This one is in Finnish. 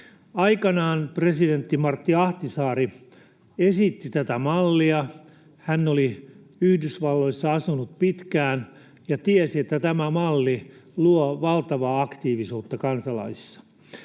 Aikanaan presidentti Martti Ahtisaari esitti tätä mallia. Hän oli asunut Yhdysvalloissa pitkään ja tiesi, että tämä malli luo valtavaa aktiivisuutta kansalaisissa.